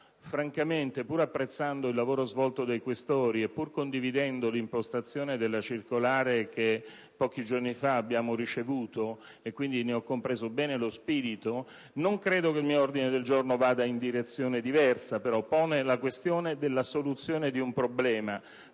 Francamente, pur apprezzando il lavoro svolto dai senatori Questori e pur condividendo l'impostazione della circolare che pochi giorni fa abbiamo ricevuto (ne ho compreso bene lo spirito), non credo che l'ordine del giorno G4, da me presentato, vada in direzione diversa. Esso pone la questione della soluzione di un problema.